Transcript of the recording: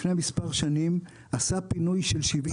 לפני מספר שנים השוק עשה פינוי של 70